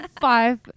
Five